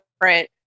different